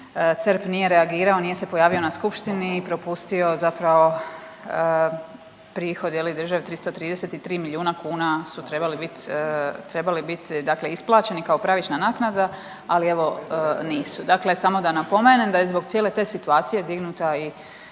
CERP nije reagirao nije se pojavio na skupštini i propustio zapravo prihod državi 333 milijuna kuna su trebali bit isplaćeni kao pravična naknada, ali evo nisu. Dakle, samo da napomenem da je zbog cijele te situacije dignuta i